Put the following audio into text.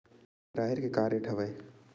राहेर के का रेट हवय?